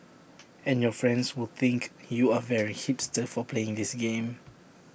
and your friends will think you are very hipster for playing this game